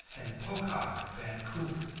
and pocock vancouver.